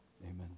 Amen